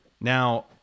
Now